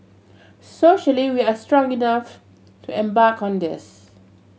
socially we are strong enough to embark on this